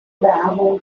bravo